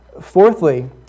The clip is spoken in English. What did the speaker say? Fourthly